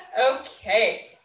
Okay